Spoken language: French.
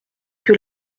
que